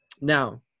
now